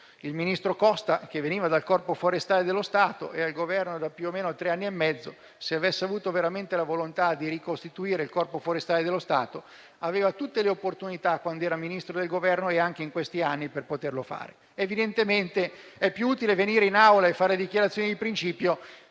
il ministro Costa, che veniva dal Corpo forestale dello Stato: è al Governo da più o meno a tre anni e mezzo e se avesse avuto veramente la volontà di ricostituire il Corpo forestale dello Stato, aveva tutte le opportunità, quando era Ministro del Governo ed anche in questi anni per poterlo fare. Evidentemente, è più utile venire in Aula e fare dichiarazioni di principio